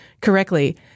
correctly